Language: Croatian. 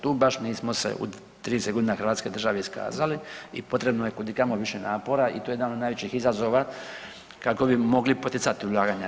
Tu baš nismo se u 30 g. hrvatske države iskazali i potrebno je kudikamo više napora i to je jedan od najvećih izazova kako bi mogli poticat ulaganja.